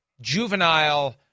juvenile